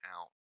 out